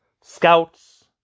scouts